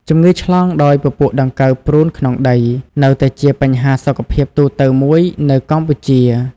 ជំងឺឆ្លងដោយពពួកដង្កូវព្រូនក្នុងដី នៅតែជាបញ្ហាសុខភាពទូទៅមួយនៅកម្ពុជា។